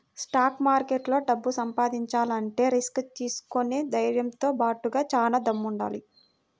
stock మార్కెట్లో డబ్బు సంపాదించాలంటే రిస్క్ తీసుకునే ధైర్నంతో బాటుగా చానా దమ్ముండాలి